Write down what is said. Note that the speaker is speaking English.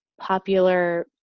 popular